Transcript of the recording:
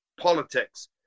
politics